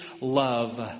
love